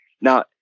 Now